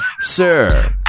Sir